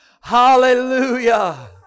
Hallelujah